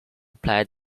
played